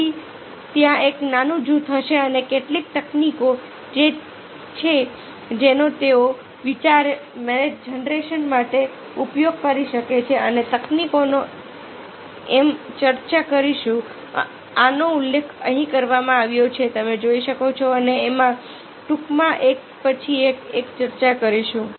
તેથી ત્યાં એક નાનું જૂથ હશે અને કેટલીક તકનીકો છે જેનો તેઓ વિચાર જનરેશન માટે ઉપયોગ કરી શકે છે અને આ તકનીકોની અમે ચર્ચા કરીશું આનો ઉલ્લેખ અહીં કરવામાં આવ્યો છે તમે જોઈ શકો છો અને અમે ટૂંકમાં એક પછી એક ચર્ચા કરીશું